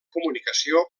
comunicació